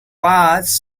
was